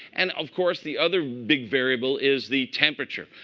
and of course, the other big variable is the temperature.